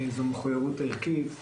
זו מחויבות ערכית,